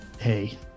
hey